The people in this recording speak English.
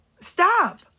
Stop